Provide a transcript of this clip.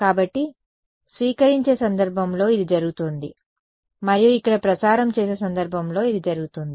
కాబట్టి స్వీకరించే సందర్భంలో ఇది జరుగుతోంది మరియు ఇక్కడ ప్రసారం చేసే సందర్భంలో ఇది జరుగుతుంది